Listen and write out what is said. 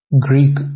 Greek